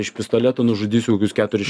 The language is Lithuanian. iš pistoleto nužudysiu kokius keturis